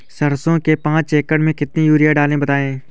सरसो के पाँच एकड़ में कितनी यूरिया डालें बताएं?